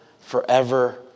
forever